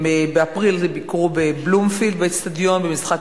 באפריל הם ביקרו באיצטדיון "בלומפילד" במשחק